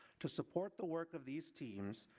to support the work of these teams,